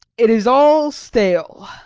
it is all stale.